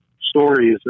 stories